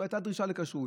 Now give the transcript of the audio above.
לא הייתה דרישה לכשרות.